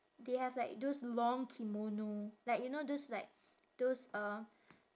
they have like those long kimono like you know those like those uh